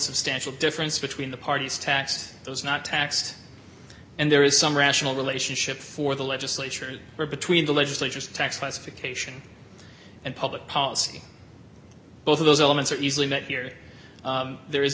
substantial difference between the parties tax those not taxed and there is some rational relationship for the legislature or between the legislatures tax classification and public policy both of those elements are easily met here there is